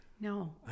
No